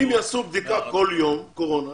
אם יעשו בדיקת קורונה כל יום,